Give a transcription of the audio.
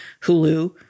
Hulu